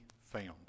found